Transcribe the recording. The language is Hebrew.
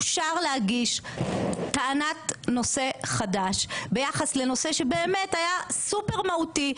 אושר להגיש טענת נושא חדש ביחס לנושא שבאמת היה סופר מהותי,